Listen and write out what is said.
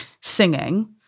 singing